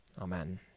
Amen